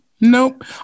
Nope